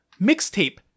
mixtape